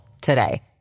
today